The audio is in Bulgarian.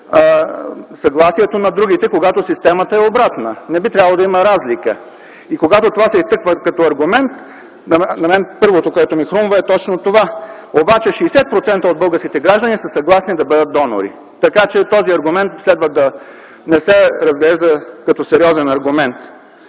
съгласието на другите, когато системата е обратна. Не би трябвало да има разлика. Когато това се изтъква като аргумент, първото, което ми хрумва, е точно това. Обаче 60% от българските граждани са съгласни да бъдат донори, така че този аргумент не следва да се разглежда като сериозен.